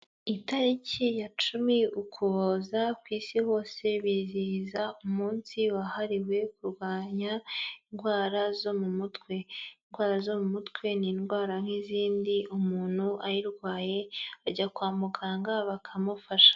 Itariki ya cumi Ukuboza ku isi hose bizihiza umunsi wahariwe kurwanya indwara zo mu mutwe, indwara zo mu mutwe ni indwara nk'izindi, umuntu ayirwaye ajya kwa muganga bakamufasha.